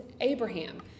Abraham